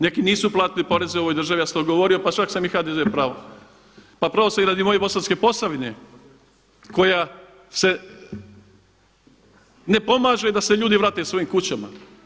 Neki nisu platili poreze u ovoj državi, ja sam to govorio pa čak sam i HDZ prao, pa pravo sam radi moje Bosanske Posavine koja se ne pomaže da se ljudi vrate svojim kućama.